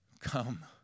Come